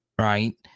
right